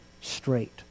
straight